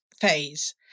phase